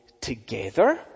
together